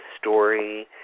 story